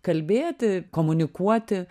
kalbėti komunikuoti